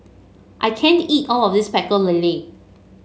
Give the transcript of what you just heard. I can't eat all of this Pecel Lele